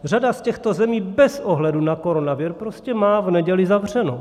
Řada z těchto zemí bez ohledu na koronavir prostě má v neděli zavřeno.